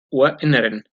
ohrinneren